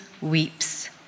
weeps